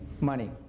money